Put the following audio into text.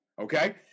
okay